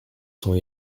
sont